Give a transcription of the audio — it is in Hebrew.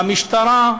המשטרה,